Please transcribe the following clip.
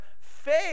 faith